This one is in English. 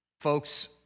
folks